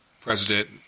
President